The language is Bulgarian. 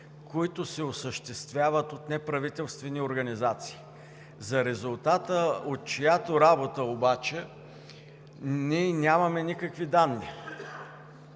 които се осъществяват от неправителствени организации, за резултата от чиято работа обаче ние нямаме никакви данни.